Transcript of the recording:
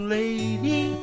lady